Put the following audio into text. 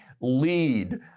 lead